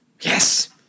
Yes